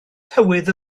tywydd